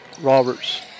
Roberts